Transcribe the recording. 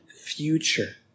future